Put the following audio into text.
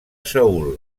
saül